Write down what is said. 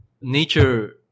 nature